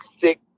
thick